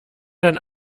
dann